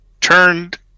turned